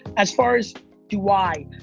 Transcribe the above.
as far as do i?